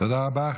תודה רבה.